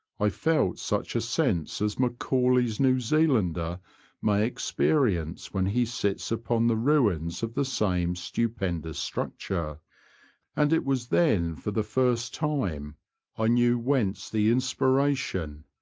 i felt such a sense as macaulay's new zealander may experience when he sits upon the ruins of the same stu pendous structure and it was then for the first time i knew whence the inspiration,